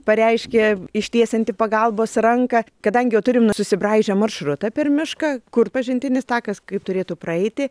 pareiškė ištiesianti pagalbos ranką kadangi turim susibraižę maršrutą per mišką kur pažintinis takas kaip turėtų praeiti